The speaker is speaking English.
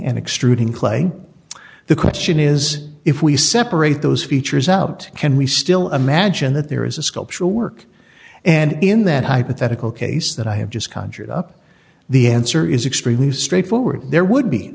clay the question is if we separate those features out can we still imagine that there is a sculptural work and in that hypothetical case that i have just conjured up the answer is extremely straightforward there would